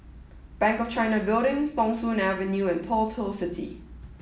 Bank of China Building Thong Soon Avenue and Pearl's Hill City